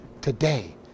today